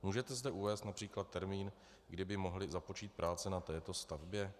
Můžete zde uvést například termín, kdy by mohly započít práce na této stavbě?